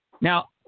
Now